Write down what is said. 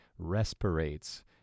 respirates